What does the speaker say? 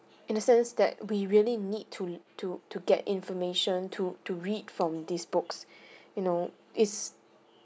in a sense that we really need to l~ to to get information to to read from these books you know is